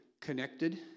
connected